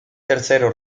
tercero